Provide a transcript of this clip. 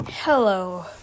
Hello